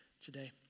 today